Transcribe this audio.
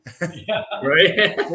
right